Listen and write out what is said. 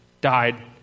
died